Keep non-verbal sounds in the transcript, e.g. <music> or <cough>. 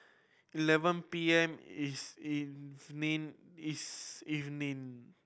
eleven P M <unintelligible> evening <unintelligible> evening